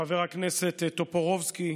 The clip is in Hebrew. חבר הכנסת טופורובסקי,